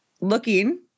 looking